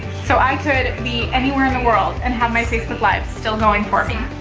so i could be anywhere in the world and have my facebook live still going for me.